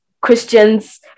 Christians